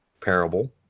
parable